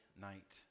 night